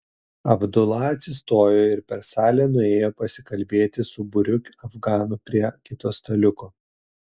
abdula atsistojo ir per salę nuėjo pasikalbėti su būriu afganų prie kito staliuko